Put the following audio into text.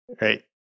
right